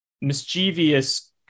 mischievous